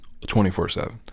24-7